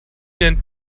nennt